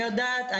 אני יודעת.